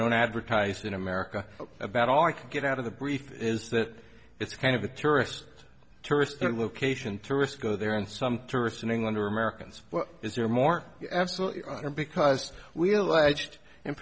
don't advertise in america about all i can get out of the brief is that it's kind of a tourist tourist and location tourists go there and some tourists in england or americans is there more absolutely because we a